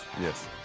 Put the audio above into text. Yes